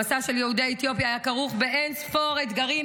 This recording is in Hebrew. המסע של יהודי אתיופיה היה כרוך באין-ספור אתגרים,